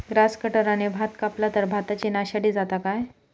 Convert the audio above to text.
Grass कटराने भात कपला तर भाताची नाशादी जाता काय?